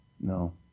No